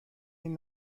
این